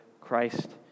Christ